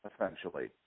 essentially